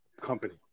company